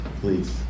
Please